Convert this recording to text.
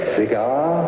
cigar